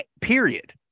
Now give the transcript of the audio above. period